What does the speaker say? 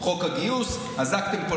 חוק הגיוס, אזקתם פה.